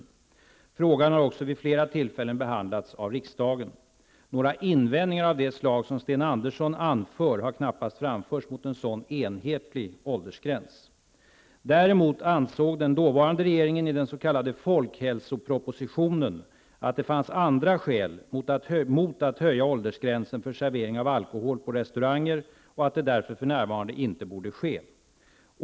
Frågan har också vid flera tillfällen behandlats av riksdagen. Några invändningar av det slag som Sten Andersson anför, har knappast framförts mot en sådan enhetlig åldersgräns. Däremot ansåg den dåvarande regeringen i den s.k. folkhälsopropositionen att det fanns andra skäl mot att höja åldersgränsen för servering av alkohol på restauranger och att det därför för närvarande inte borde ske.